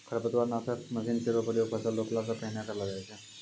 खरपतवार नासक मसीन केरो प्रयोग फसल रोपला सें पहिने करलो जाय छै